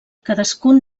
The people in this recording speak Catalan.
cadascun